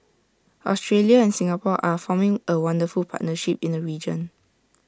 Australia and Singapore are forming A wonderful partnership in the region